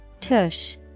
tush